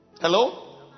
Hello